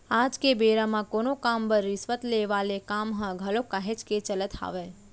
आज के बेरा म कोनो काम बर रिस्वत ले वाले काम ह घलोक काहेच के चलत हावय